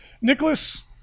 Nicholas